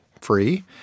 free